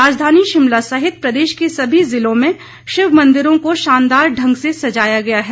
राजधानी शिमला सहित प्रदेश के सभी जिलों में शिव मन्दिरों को शानदार ढंग से सजाया गया है